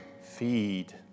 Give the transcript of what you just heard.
feed